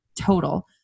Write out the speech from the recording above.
total